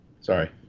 Sorry